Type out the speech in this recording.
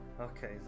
Okay